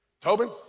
Tobin